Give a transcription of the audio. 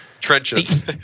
trenches